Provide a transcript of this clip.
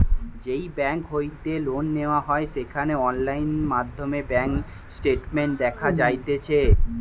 যেই বেংক হইতে লোন নেওয়া হয় সেখানে অনলাইন মাধ্যমে ব্যাঙ্ক স্টেটমেন্ট দেখা যাতিছে